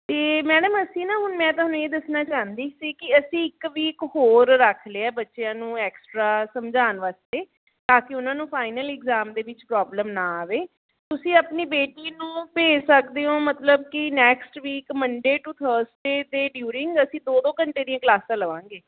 ਅਤੇ ਮੈਡਮ ਅਸੀਂ ਨਾ ਹੁਣ ਮੈਂ ਤੁਹਾਨੂੰ ਇਹ ਦੱਸਣਾ ਚਾਹੁੰਦੀ ਸੀ ਕਿ ਅਸੀਂ ਇੱਕ ਵੀਕ ਹੋਰ ਰੱਖ ਲਿਆ ਬੱਚਿਆਂ ਨੂੰ ਐਕਸਟਰਾ ਸਮਝਾਉਣ ਵਾਸਤੇ ਤਾਂ ਕਿ ਉਹਨਾਂ ਨੂੰ ਫਾਈਨਲ ਇਗਜ਼ਾਮ ਦੇ ਵਿੱਚ ਪ੍ਰੋਬਲਮ ਨਾ ਆਵੇ ਤੁਸੀਂ ਆਪਣੀ ਬੇਟੀ ਨੂੰ ਭੇਜ ਸਕਦੇ ਹੋ ਮਤਲਬ ਕਿ next week Monday to Thursday ਦੇ ਡਿਊਰਿੰਗ ਅਸੀਂ ਦੋ ਦੋ ਘੰਟੇ ਦੀਆਂ ਕਲਾਸਾਂ ਲਵਾਂਗੇ